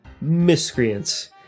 Miscreants